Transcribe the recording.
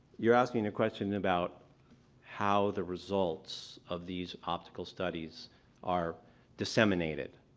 you're asking a question about how the results of these optical studies are disseminated,